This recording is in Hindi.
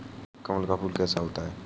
कमल का फूल कैसा होता है?